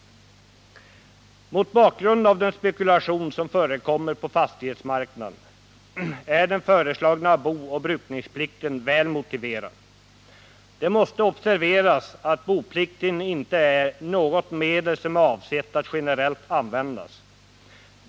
Mot bakgrund av den spekulation som förekommer på fastighetsmarknaden är den föreslagna booch brukningsplikten väl motiverad. Det måste observeras att boplikten inte är något medel som är avsett att generellt användas.